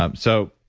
um so,